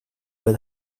but